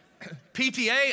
PTA